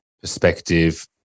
perspective